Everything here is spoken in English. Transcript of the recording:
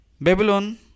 Babylon